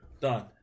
done